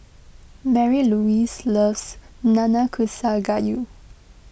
Marylouise loves Nanakusa Gayu